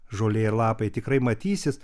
žolė ir lapai tikrai matysis